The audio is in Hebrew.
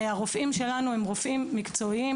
הרופאים שלנו הם רופאים מקצועיים,